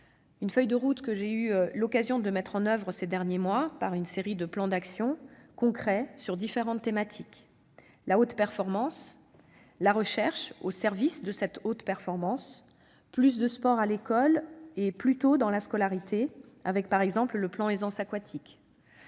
ma feuille de route. J'ai eu l'occasion de mettre en oeuvre cette feuille de route ces derniers mois par une série de plans d'actions concrets qui portaient sur différentes thématiques : la haute performance ; la recherche, au service de cette haute performance ; plus de sport à l'école et plus tôt dans la scolarité, avec par exemple le plan Aisance aquatique